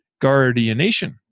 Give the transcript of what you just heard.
Guardianation